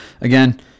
Again